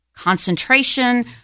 Concentration